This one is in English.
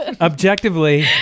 Objectively